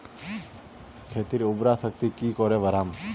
खेतीर उर्वरा शक्ति की करे बढ़ाम?